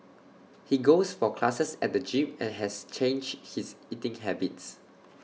he goes for classes at the gym and has changed his eating habits